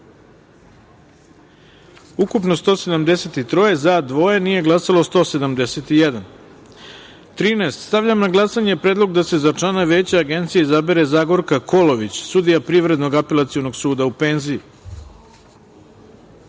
ukupno - 173, za – dvoje, nije glasalo – 171.13. Stavljam na glasanje predlog da se za člana Veća Agencije izabere Zagorka Kolović, sudija Privrednog apelacionog suda u